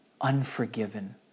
unforgiven